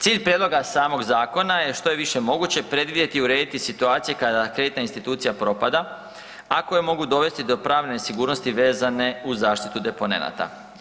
Cilj prijedloga samog zakona je što je više moguće predvidjeti i urediti situacije kada kreditna institucija propada, ako je mogu dovesti do pravne sigurnosti vezane uz zaštitu deponenata.